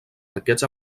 arquets